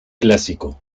clásico